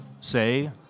say